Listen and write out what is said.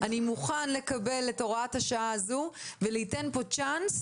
אני מוכן לקבל את הוראת השעה הזו ולתת פה צ'אנס